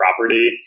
property